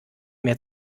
mehr